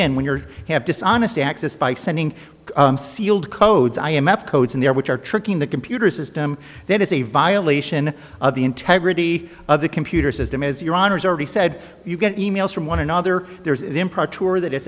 in when your have dishonest access by sending a sealed codes i m f codes in there which are tricking the computer system that is a violation of the integrity of the computer system is your honour's already said you get emails from one another there's the improper tour that i